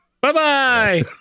bye-bye